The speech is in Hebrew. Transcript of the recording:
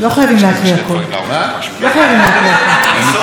תחסוך מאיתנו, יובל.